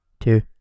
two